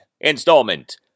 installment